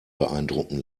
beeindrucken